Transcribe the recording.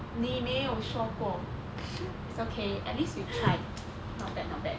你没有说过 it's okay at least you tried not bad not bad